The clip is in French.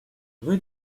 rue